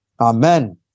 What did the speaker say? Amen